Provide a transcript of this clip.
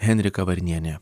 henrika varnienė